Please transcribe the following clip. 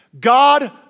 God